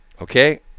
Okay